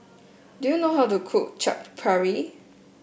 do you know how to cook Chaat Papri